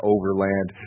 Overland